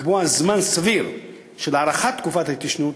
לקבוע זמן סביר של הארכת תקופת ההתיישנות,